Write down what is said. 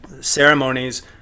ceremonies